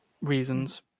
reasons